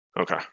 Okay